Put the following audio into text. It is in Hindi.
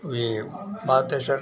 यह बात है सर